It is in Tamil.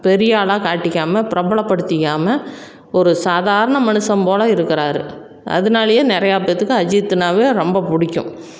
பெரியாளாக காட்டிக்காமல் பிரபலப்படுத்திக்காமல் ஒரு சாதாரண மனுஷன் போல இருக்குறார் அதனாலயே நிறையா பேத்துக்கு அஜித்துனாவே ரொம்ப பிடிக்கும்